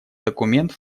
документ